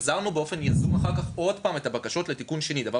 החזרנו באופן יזום שוב את הבקשות לתיקון שני דבר